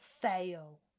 fail